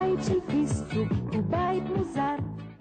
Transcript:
הבית של פיסטוק זה בית מוזר